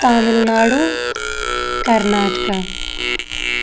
Tamil Nadu Karnataka